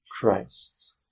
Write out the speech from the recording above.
Christ